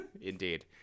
Indeed